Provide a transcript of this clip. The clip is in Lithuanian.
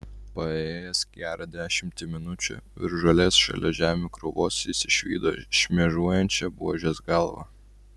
paėjėjęs gerą dešimtį minučių virš žolės šalia žemių krūvos jis išvydo šmėžuojančią buožės galvą